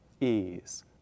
ease